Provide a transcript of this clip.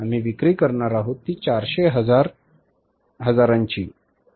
आम्ही विक्री करणार आहोत ती 400 हजारांची आहे